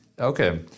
Okay